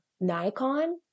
Nikon